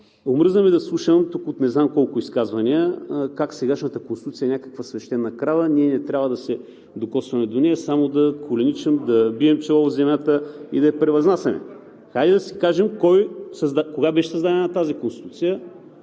Омръзна ми да слушам тук от не знам колко изказвания как сегашната Конституция е някаква свещена крава и ние не трябва да се докосваме до нея, а само да коленичим, да бием чело в земята и да я превъзнасяме. Хайде да си кажем кога беше създадена тази Конституция?